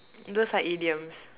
those are idioms